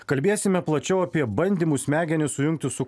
kalbėsime plačiau apie bandymus smegenis sujungti su